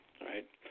Right